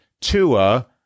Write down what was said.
Tua